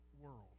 world